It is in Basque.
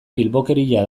bilbokeria